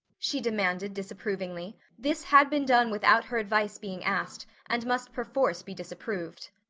she demanded disapprovingly. this had been done without her advice being asked, and must perforce be disapproved.